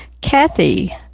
Kathy